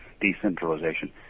decentralization